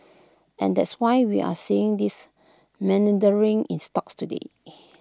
and that's why we're seeing this meandering in stocks today